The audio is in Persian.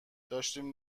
داشتیم